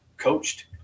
coached